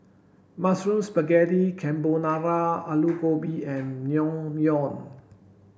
Mushroom Spaghetti Carbonara Alu Gobi and Naengmyeon